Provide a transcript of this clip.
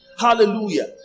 Hallelujah